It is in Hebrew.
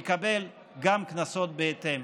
יקבל גם קנסות בהתאם.